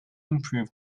improve